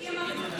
מי אמר את זה?